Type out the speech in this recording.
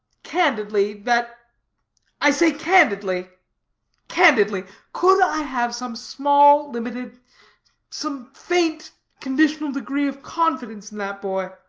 candidly, that i say candidly candidly could i have some small, limited some faint, conditional degree of confidence in that boy?